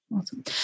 Awesome